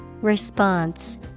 Response